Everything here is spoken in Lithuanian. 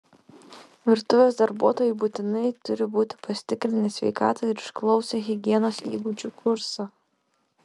virtuvės darbuotojai būtinai turi būti pasitikrinę sveikatą ir išklausę higienos įgūdžių kursą